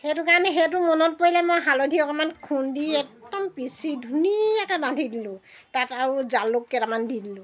সেইটো কাৰণে সেইটো মনত পৰিলে মই হালধি অকণমান খুন্দি একদম পিচি ধুনীয়াকৈ বান্ধি দিলোঁ তাত আৰু জালুক কেইটামান দি দিলোঁ